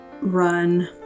run